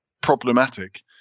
problematic